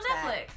Netflix